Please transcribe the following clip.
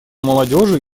молодежи